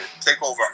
Takeover